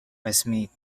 westmeath